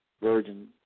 virgin